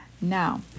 Now